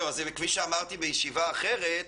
אז כפי שאמרתי בישיבה אחרת,